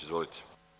Izvolite.